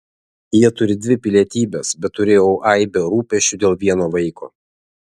jie turi dvi pilietybes bet turėjau aibę rūpesčių dėl vieno vaiko